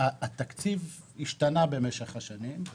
התקציב השתנה במשך השנים.